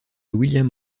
william